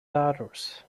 daughters